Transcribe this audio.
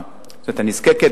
המעורבים,